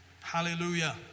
Hallelujah